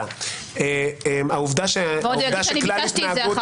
הוא עוד יגיד בתקשורת שאני ביקשתי את זה.